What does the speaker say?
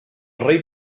rei